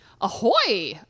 Ahoy